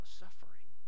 suffering